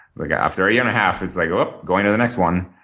like after a year and a half, it's like, welp, going to the next one.